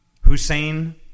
Hussein